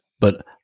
but-